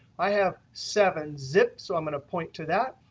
i have seven sip. so i'm going to point to that,